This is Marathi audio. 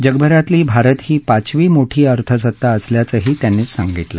जगभरातली भारत ही पाचवी मोठी अर्थसत्ता असल्याचंही त्यांनी सांगितलं